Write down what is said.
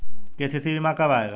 KCC बीमा कब आएगा?